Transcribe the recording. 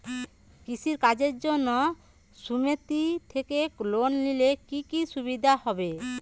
কৃষি কাজের জন্য সুমেতি থেকে লোন নিলে কি কি সুবিধা হবে?